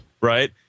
right